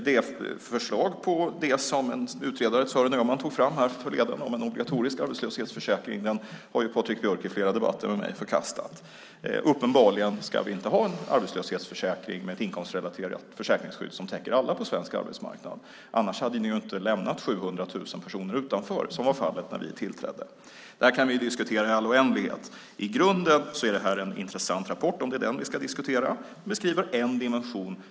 Det förslag som utredaren Sören Öhman tog fram härförleden om en obligatorisk arbetslöshetsförsäkring har Patrik Björck i flera debatter med mig förkastat. Uppenbarligen ska vi inte ha en arbetslöshetsförsäkring med ett inkomstrelaterat försäkringsskydd som täcker alla på svensk arbetsmarknad, annars hade ni ju inte lämnat 700 000 personer utanför, som var fallet när vi tillträdde. Det här kan vi diskutera i all oändlighet. I grunden är det här en intressant rapport, om det är den vi ska diskutera. Den beskriver en dimension.